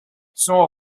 son